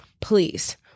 please